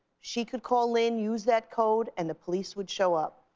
she should call lynne, use that code, and the police would show up.